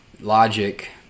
logic